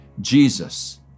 Jesus